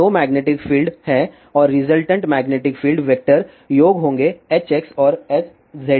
तो दो magnetic field हैं और रिजलटेंट मैग्नेटिक फील्ड वेक्टर योग होंगे Hx और Hzके